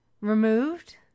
removed